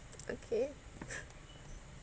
okay